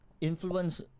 influence